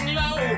low